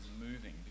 moving